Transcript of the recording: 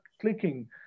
clicking